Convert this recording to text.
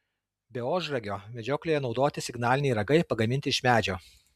be ožragio medžioklėje naudoti signaliniai ragai pagaminti iš medžio